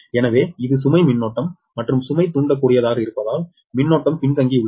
எனவே இது சுமை மின்னோட்டம் மற்றும் சுமை தூண்டக்கூடியதாகயிருப்பதால் மின்னோட்டம் பின்தங்கி உள்ளது